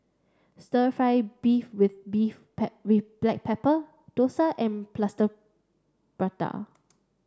stir fry beef with beef black pepper Dosa and Plaster Prata